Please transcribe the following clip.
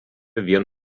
vien